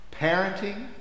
parenting